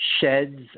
sheds